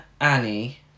Annie